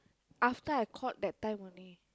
after I called that time only